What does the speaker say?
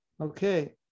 Okay